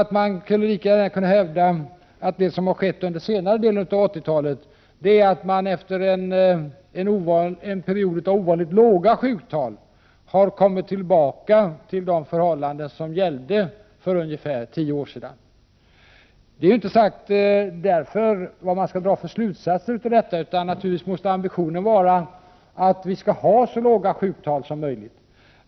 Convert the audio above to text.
Så man kan lika gärna hävda att det som har skett under senare delen av 80-talet är att vi efter en period av ovanligt låga sjuktal har fått tillbaka sådana förhållanden som gällde för ungefär tio år sedan. Därmed inte sagt vad man skall dra för slutsatser av detta, utan ambitionen måste naturligtvis vara att vi skall ha så låga sjuktal som möjligt.